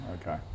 okay